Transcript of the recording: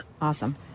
Awesome